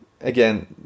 Again